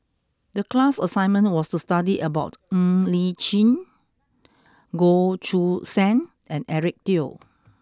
the class assignment was to study about Ng Li Chin Goh Choo San and Eric Teo